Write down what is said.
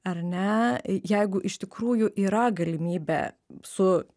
ar ne jeigu iš tikrųjų yra galimybė su